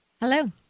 Hello